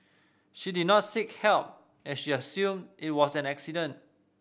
she did not seek help as she assumed it was an accident